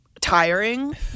tiring